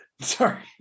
Sorry